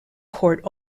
court